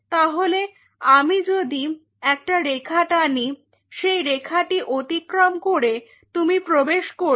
তাহলে আমি যদি একটা রেখা টানি সেই রেখাটি অতিক্রম করে তুমি প্রবেশ করলে